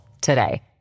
today